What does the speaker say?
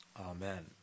Amen